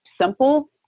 simple